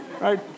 Right